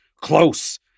close